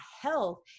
health